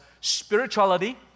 spirituality